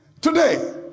today